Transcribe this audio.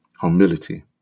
humility